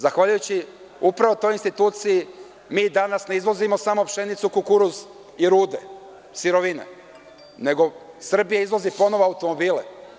Zahvaljujući upravo toj instituciji mi danas ne izvozimo samo pšenicu, kukuruz, i rude, sirovine, nego Srbija izvozi ponovo automobile.